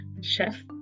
chef